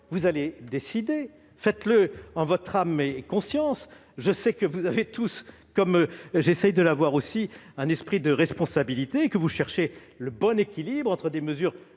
qui allez décider. Faites-le en votre âme et conscience. Je sais que vous avez tous, comme j'essaie de l'avoir aussi, un esprit de responsabilité et que vous cherchez le bon équilibre entre des mesures